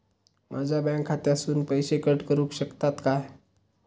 माझ्या बँक खात्यासून पैसे कट करुक शकतात काय?